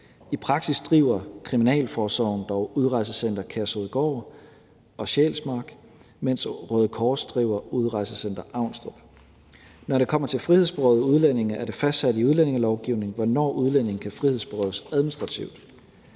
I praksis driver Kriminalforsorgen dog Udrejsecenter Kærshovedgård og Udrejsecenter Sjælsmark, mens Røde Kors driver Udrejsecenter Avnstrup. Når det kommer til frihedsberøvede udlændinge, er det fastsat i udlændingelovgivningen, hvornår udlændinge kan frihedsberøves administrativt.